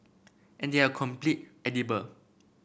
and they are complete edible